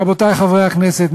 רבותי חברי הכנסת,